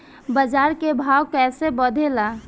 बाजार के भाव कैसे बढ़े ला?